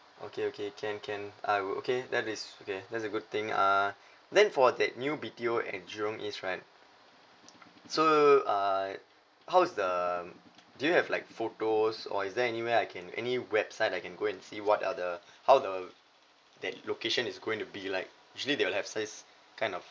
okay okay can can I will okay that is okay that's a good thing uh then for that new B T O at jurong east right so err how is the do you have like photos or is there anywhere I can any website I can go and see what are the how the that location is going to be like usually they will have this kind of